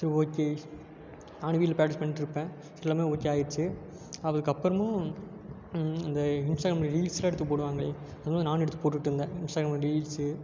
சரி ஓகே நானே வீட்டில் ப்ராக்டிஸ் பண்ணிகிட்டுருப்பேன் எல்லாமே ஓகே ஆகிடுச்சு அதுக்கப்புறமும் இந்த இன்ஸ்டாகிராமில் ரீல்ஸ்செலாம் எடுத்துப் போடுவாங்களே அது மாதிரி நானும் எடுத்துப் போட்டுகிட்டுருந்தேன் இன்ஸ்டாகிராமில் ரீல்ஸ்ஸு